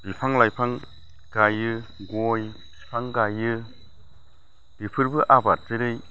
बिफां लाइफां गायो गय बिफां गायो बेफोरबो आबाद जेरै